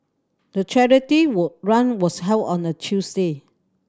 the charity run was held on a Tuesday